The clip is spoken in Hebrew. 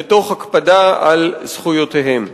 ותוך הקפדה על זכויותיהם.